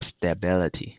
stability